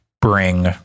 bring